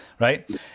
Right